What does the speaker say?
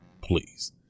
Please